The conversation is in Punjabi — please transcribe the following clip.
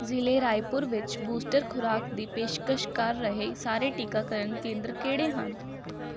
ਜ਼ਿਲ੍ਹੇ ਰਾਏਪੁਰ ਵਿੱਚ ਬੂਸਟਰ ਖੁਰਾਕ ਦੀ ਪੇਸ਼ਕਸ਼ ਕਰ ਰਹੇ ਸਾਰੇ ਟੀਕਾਕਰਨ ਕੇਂਦਰ ਕਿਹੜੇ ਹਨ